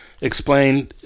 Explain